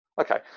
okay